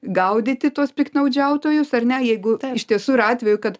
gaudyti tuos piktnaudžiautojus ar ne jeigu iš tiesų yra atvejų kad